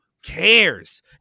cares